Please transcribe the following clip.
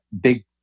big